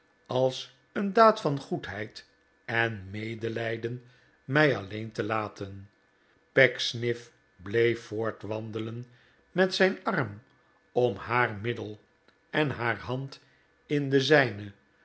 als een daad van goedheid en medelijden mij alleen te laten pecksniff bleef voortwandelen met zijn arm om haar middel en haar hand in de zijne